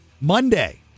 Monday